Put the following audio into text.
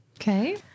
Okay